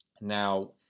Now